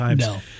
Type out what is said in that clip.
No